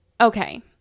okay